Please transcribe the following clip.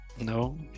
No